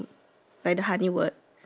and then is it the same